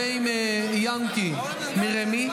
ועם יענקי מרמ"י,